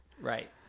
Right